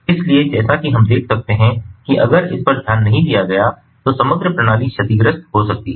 इसलिए जैसा कि हम देख सकते हैं कि अगर इस पर ध्यान नहीं दिया गया तो समग्र प्रणाली क्षतिग्रस्त हो सकती है